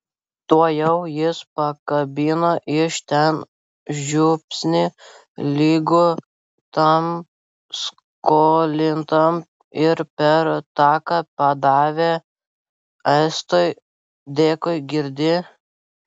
tuojau jis pakabino iš ten žiupsnį lygų tam skolintam ir per taką padavė estui dėkui girdi